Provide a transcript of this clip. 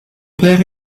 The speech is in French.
père